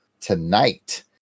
tonight